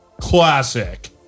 classic